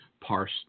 parse